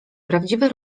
prawdziwe